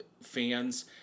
fans